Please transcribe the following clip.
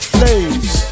Flames